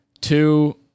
two